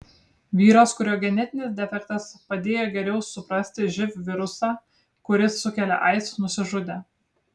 vyras kurio genetinis defektas padėjo geriau suprasti živ virusą kuris sukelia aids nusižudė